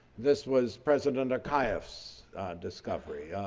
this was president and kind of so discovery,